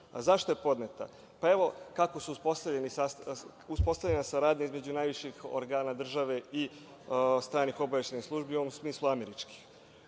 je podneta? Evo kako se uspostavila saradnja između najviših organa države i stranih obaveštajnih službi, u ovom smislu američkih.